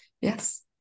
Yes